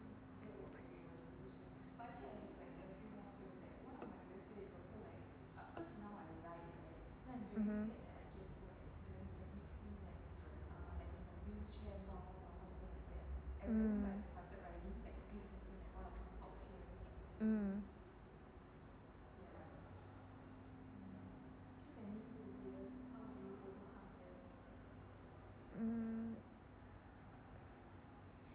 mmhmm mm mm mm